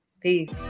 Peace